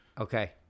Okay